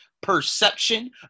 perception